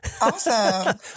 Awesome